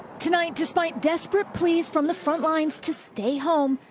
tonight, despite desperate pleas from the front lines to stay home,